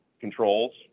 controls